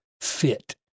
fit